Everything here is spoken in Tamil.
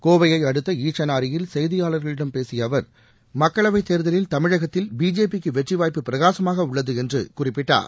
கோவையை அடுத்த ஈச்சனாரியில் செய்தியாளர்களிடம் பேசிய அவர் மக்களவைத் தேர்தலில் தமிழகத்தில் பிஜேபிக்கு வெற்றி வாய்ப்பு பிரகாசமாக உள்ளது என்று குறிப்பிட்டார்